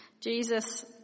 Jesus